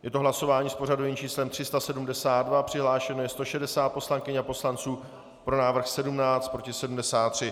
Je to hlasování s pořadovým číslem 372, přihlášeno je 160 poslankyň a poslanců, pro návrh 17, proti 73.